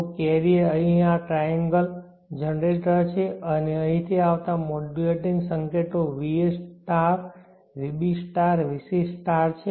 તો કૅરિયર અહીં આ ટ્રાયેન્ગલ જનરેટર છે અને અહીંથી આવતા મોડ્યુલેટિંગ સંકેતો va vb vc છે